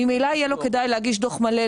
ממילא יהיה לו כדאי להגיש דוח מלא,